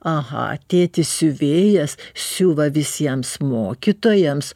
aha tėtis siuvėjas siuva visiems mokytojams